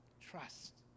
trust